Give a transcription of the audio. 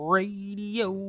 Radio